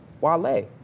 Wale